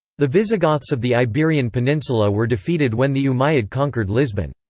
the visigoths of the iberian peninsula were defeated when the umayyad conquered lisbon.